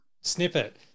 snippet